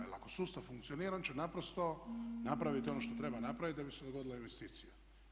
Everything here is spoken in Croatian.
Jer ako sustav funkcionira on će naprosto napraviti ono što treba napraviti da bi se dogodila investicija.